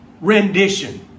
rendition